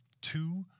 two